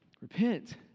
repent